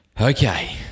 okay